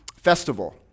festival